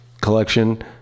collection